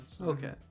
Okay